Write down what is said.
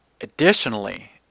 Additionally